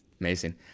Amazing